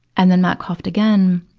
and then matt coughed again,